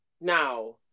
Now